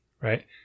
right